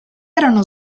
erano